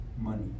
money